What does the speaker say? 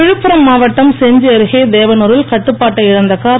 விழுப்புரம் மாவட்டம் செஞ்சி அருகே தேவனூ ரில் கட்டுப்பாட்டை இழந்த கார்